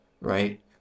right